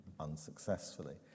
unsuccessfully